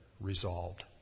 resolved